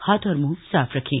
हाथ और मुंह साफ रखें